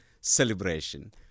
celebration